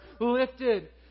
lifted